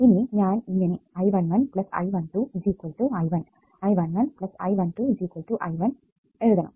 ഇനി ഞാൻ ഇങ്ങനെ I11 I12 I1 I11 I12 I1 എഴുതണം